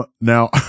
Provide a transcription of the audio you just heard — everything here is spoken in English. now